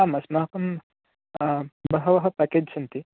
आम् अस्माकं बहवः प्याकेज् सन्ति